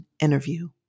interview